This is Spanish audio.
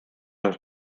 los